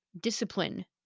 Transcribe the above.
Discipline